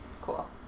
Cool